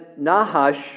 Nahash